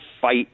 fight